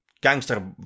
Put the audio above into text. Gangster